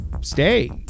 stay